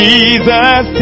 Jesus